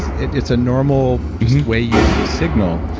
it's a normal just way you signal.